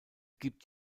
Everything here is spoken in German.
gibt